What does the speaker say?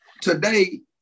today